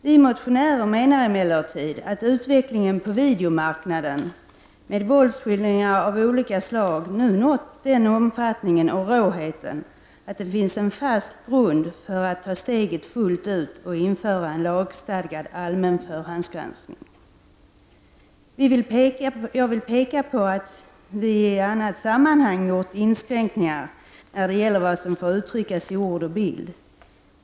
Vi motionärer menar emellertid att utvecklingen på videomarknaden med våldsskildringar av olika slag nu nått den omfattningen och råheten, att det finns en fast grund för att ta steget fullt ut och införa en lagstadgad allmän förhandsgranskning. Jag vill peka på att det i annat sammanhang gjorts inskränkningar när det gäller vad som får uttryckas i ord och bild.